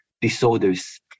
disorders